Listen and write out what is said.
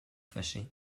fâché